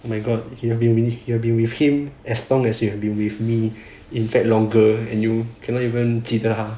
my god you've been with him as long as you have been with me in fact longer and you cannot even 记得他